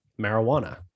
marijuana